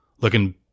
looking